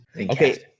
Okay